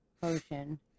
potion